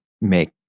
make